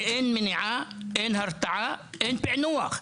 את זה שאין מניעה, שאין הרתעה ושאין פיענוח.